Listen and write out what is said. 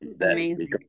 Amazing